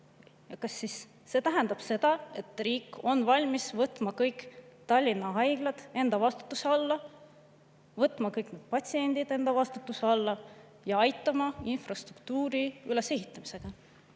Kas see tähendab siis seda, et riik on valmis võtma kõik Tallinna haiglad enda vastutuse alla, võtma kõik patsiendid enda vastutuse alla ja aitama infrastruktuuri ülesehitamisega?